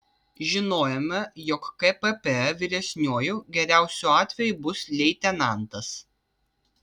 žinojome jog kpp vyresniuoju geriausiu atveju bus leitenantas